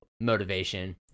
motivation